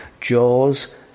Jaws